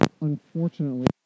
unfortunately